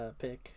pick